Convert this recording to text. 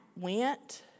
went